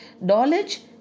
Knowledge